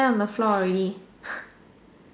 land on the floor already